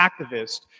activist